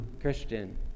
christian